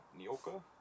Nioka